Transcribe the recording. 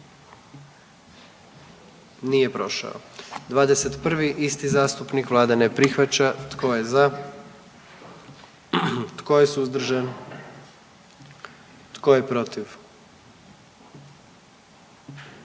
dio zakona. 44. Kluba zastupnika SDP-a, vlada ne prihvaća. Tko je za? Tko je suzdržan? Tko je protiv?